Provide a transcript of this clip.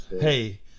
Hey